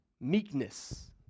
Meekness